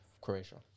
croatia